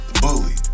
bullied